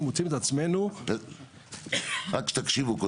אנחנו מוצאים את עצמנו --- רק תקשיבו,